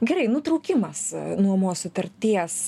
gerai nutraukimas nuomos sutarties